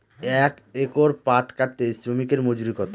এক একর পাট কাটতে শ্রমিকের মজুরি কত?